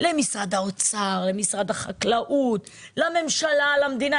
למשרד האוצר, למשרד החקלאות, לממשלה, למדינה.